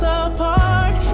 apart